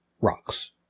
rocks